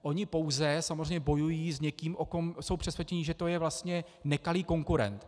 Oni pouze samozřejmě bojují s někým, o kom jsou přesvědčení, že to je vlastně nekalý konkurent.